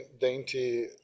dainty